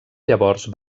llavors